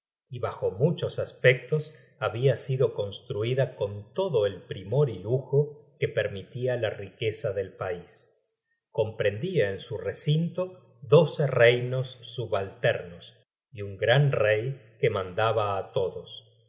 y bajo muchos aspectos habia sido construida con lodo el primor y lujo que permitia la riqueza del pais comprendia en su recinto doce reinos subalternos y un gran rey que mandaba á todos